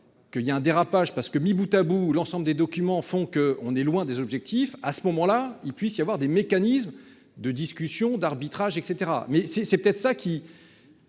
que il y a un dérapage, parce que mis Boutabout l'ensemble des documents font que, on est loin des objectifs à ce moment-là, il puisse y avoir des mécanismes de discussion d'arbitrage et cetera mais si c'est peut-être ça qui.